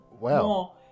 Wow